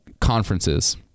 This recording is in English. conferences